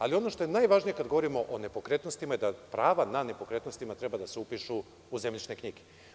Ali, ono što je najvažnije kada govorimo o nepokretnostima je da prava na nepokretnostima treba da se upišu u zemljišne knjige.